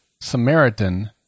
Samaritan